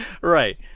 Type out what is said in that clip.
right